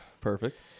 Perfect